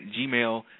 gmail